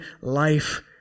life